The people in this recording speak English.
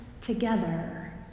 together